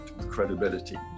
credibility